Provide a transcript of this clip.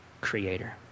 creator